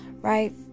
Right